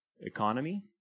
Economy